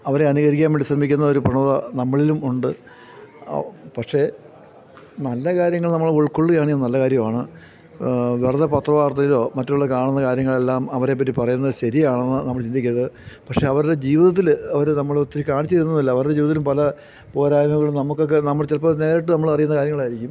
അവരെ അനുകരിക്കാൻ വേണ്ടി ശ്രമിക്കുന്ന ഒരു പ്രവണത നമ്മളിലും ഉണ്ട് പക്ഷേ നല്ല കാര്യങ്ങൾ നമ്മൾ ഉൾക്കൊള്ളുക ആണേൽ അത് നല്ല കാര്യമാണ് വെറുതെ പത്രവാർത്തയിലോ മറ്റുള്ള കാണുന്ന കാര്യങ്ങൾ എല്ലാം അവരെ പറ്റി പറയുന്നത് ശരിയാണ് എന്ന് നമ്മൾ ചിന്തിക്കരുത് പക്ഷേ അവരുടെ ജീവിതത്തിൽ അവർ നമ്മൾ ഒത്തിരി കാണിച്ച തരുന്നില്ല അവരുടെ ജീവിതത്തിലും പല പോരായ്മകളും നമുക്ക് ഒക്കെ നമ്മൾ ചിലപ്പോൾ നേരിട്ട് നമ്മൾ അറിയുന്ന കാര്യങ്ങളായിരിക്കും